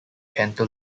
canto